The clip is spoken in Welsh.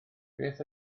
beth